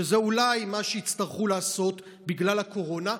שזה אולי מה שיצטרכו לעשות בגלל הקורונה,